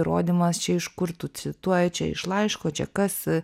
įrodymas čia iš kur tu cituoji čia iš laiško čia kas